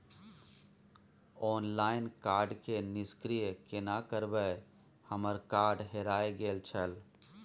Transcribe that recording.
Online card के निष्क्रिय केना करबै हमर कार्ड हेराय गेल छल?